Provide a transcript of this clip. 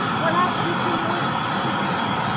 what happened to your teeth?